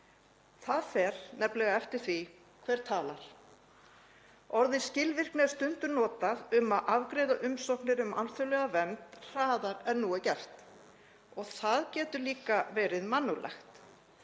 Það fer nefnilega eftir því hver talar. Orðið skilvirkni er stundum notað um að afgreiða umsóknir um alþjóðlega vernd hraðar en nú er gert og það getur líka verið mannúðlegt.